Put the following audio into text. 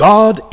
God